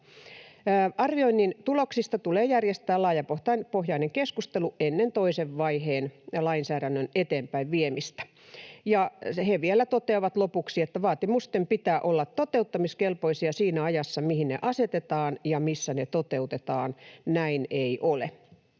Arvioinnin tuloksista tulee järjestää laajapohjainen keskustelu ennen toisen vaiheen lainsäädännön eteenpäin viemistä.” Ja he vielä toteavat lopuksi: ”Vaatimusten pitää olla toteuttamiskelpoisia siinä ajassa, mihin ne asetetaan ja missä ne toteutetaan. Näin ei nyt